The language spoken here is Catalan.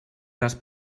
les